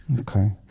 Okay